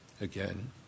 again